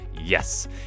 Yes